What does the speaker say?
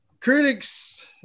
critics